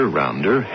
rounder